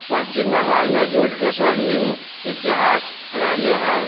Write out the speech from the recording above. पश्चिम बंगाल में जूट के स्वर्णिम इतिहास रहले है